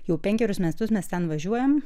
jau penkerius metus mes ten važiuojam